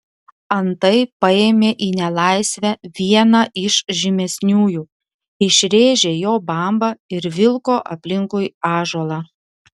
antai paėmė į nelaisvę vieną iš žymesniųjų išrėžė jo bambą ir vilko aplinkui ąžuolą